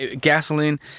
gasoline